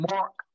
Mark